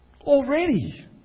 already